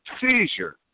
seizure